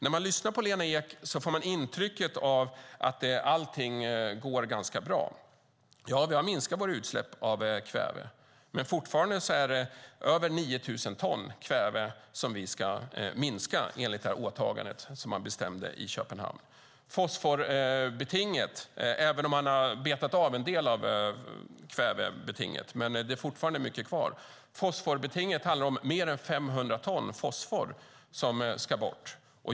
När man lyssnar på Lena Ek får man intrycket av att allting går ganska bra. Vi har minskat våra utsläpp av kväve. Men fortfarande är det över 9 000 ton kväve som vi ska minska enligt åtagandet som man bestämde i Köpenhamn. Även om man har betat av en del av kvävebetinget är det fortfarande mycket kvar. Fosforbetinget handlar om att mer än 500 ton fosfor ska bort.